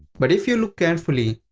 but if you look carefully,